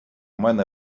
мене